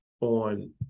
on